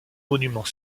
monuments